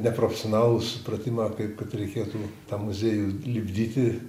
neprofesionalų supratimą kaip reikėtų tą muziejų lipdyti